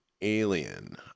Alien